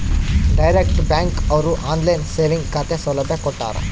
direct bank ಅವ್ರು online saving ಖಾತೆ ಸೌಲಭ್ಯ ಕೊಟ್ಟಾರ